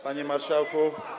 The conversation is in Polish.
Panie Marszałku!